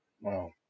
Wow